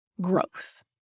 growth